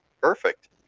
Perfect